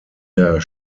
der